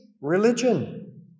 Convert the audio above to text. religion